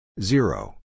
zero